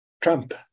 Trump